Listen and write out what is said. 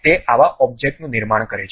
તે આવા ઑબ્જેક્ટનું નિર્માણ કરે છે